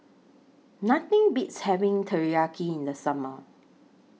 Nothing Beats having Teriyaki in The Summer